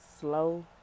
Slow